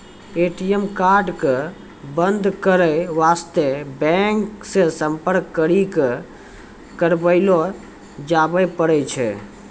ATM card क बन्द करै बास्ते बैंक से सम्पर्क करी क करबैलो जाबै पारै छै